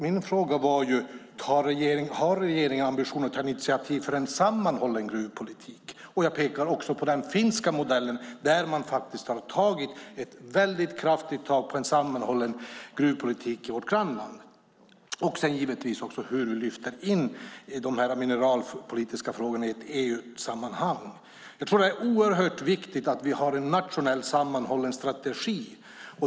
Min fråga var: Har regeringen ambitionen att ta initiativ för en sammanhållen gruvpolitik? Jag pekar också på den finska modellen där man har tagit ett kraftigt tag på en sammanhållen gruvpolitik i vårt grannland. Det handlar givetvis också om hur vi lyfter in de mineralpolitiska frågorna i ett EU-sammanhang. Jag tror att det är oerhört viktigt att vi har en nationell sammanhållen strategi.